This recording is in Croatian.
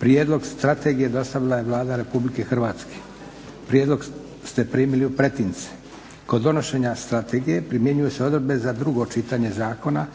Prijedlog strategije dostavila je Vlada RH. Prijedlog ste primili u pretince. Kod donošenja strategije primjenjuju se odredbe za drugo čitanje zakona